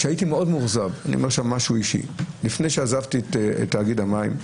הייתי מאוד מאוכזב לפני שעזבתי את תאגיד המים,